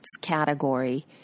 category